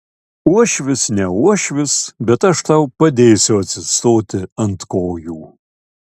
uošvis ne uošvis bet aš tau padėsiu atsistoti ant kojų